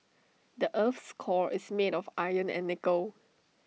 the Earth's core is made of iron and nickel